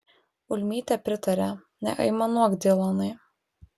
ulmytė pritarė neaimanuok dylanai